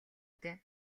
дээ